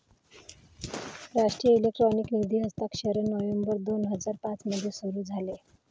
राष्ट्रीय इलेक्ट्रॉनिक निधी हस्तांतरण नोव्हेंबर दोन हजार पाँच मध्ये सुरू झाले